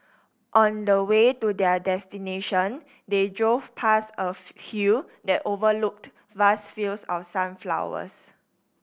on the way to their destination they drove past a hill that overlooked vast fields of sunflowers